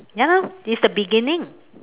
ya lah it's the beginning